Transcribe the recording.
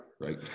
right